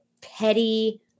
petty